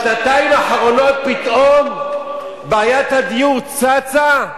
בשנתיים האחרונות פתאום בעיית הדיור צצה?